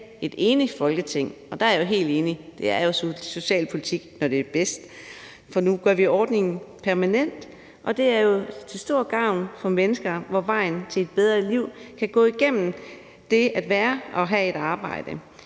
et enigt Folketing, stå her i dag – og der er jeg jo helt enig i, at det er socialpolitik, når det er bedst – for at gøre ordningen permanent nu. Det er jo til stor gavn for mennesker, for hvem vejen til et bedre liv kan gå igennem det at have et arbejde.